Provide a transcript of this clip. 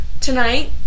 Tonight